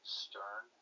stern